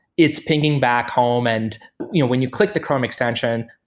it's pinging back home and when you click the chrome extension,